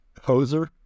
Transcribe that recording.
Hoser